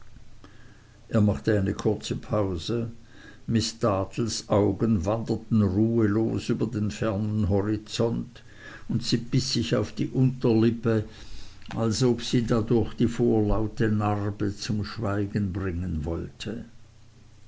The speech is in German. er machte eine kurze pause miß dartles augen wanderten ruhelos über den fernen horizont und sie biß sich auf die unterlippe als ob sie dadurch die vorlaute narbe zum schweigen bringen wollte